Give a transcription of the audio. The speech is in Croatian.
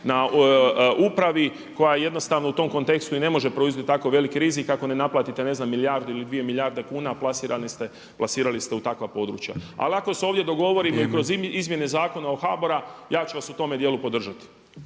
na upravi koja jednostavno u tom kontekstu i ne može preuzeti tako veliki rizik ako ne naplatite ne znam milijardu ili 2 milijarde kuna a plasirali ste u takva područja. Ali ako se ovdje dogovorimo i kroz izmjene Zakon o HBOR-u ja ću vas u tome djelu podržati.